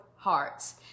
Hearts